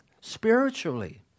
spiritually